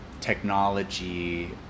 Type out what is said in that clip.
technology